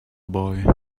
boy